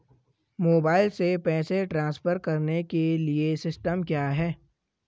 Mobile से पैसे transfer करने के लिए सिस्टम क्या है?